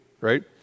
right